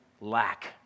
lack